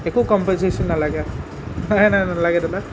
একো কম্পালচিয়েশ্যন নালাগে নাই নাই নালাগে দাদা